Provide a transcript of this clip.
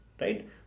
right